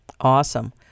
Awesome